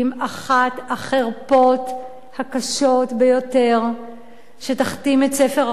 אחת החרפות הקשות ביותר שתכתים את ספר החוקים.